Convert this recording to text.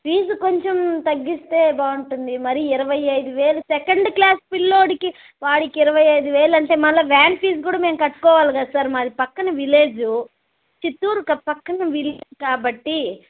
fee కొంచెం తగ్గిస్తే బాగుంటుంది మరి ఇరవై ఐదు వేలు సెకండ్ క్లాస్ పిల్లాడికి వాడికి ఇరవై ఐదు వేలు అంటే మళ్ళీ వ్యాన్ ఫీజు కూడా మేము కట్టుకోవాలి కదా సార్ మాది పక్కన విలేజూ చిత్తూరు క పక్కన విలే కాబట్టి